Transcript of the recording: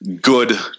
good